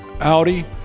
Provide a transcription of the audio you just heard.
Audi